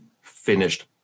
Finished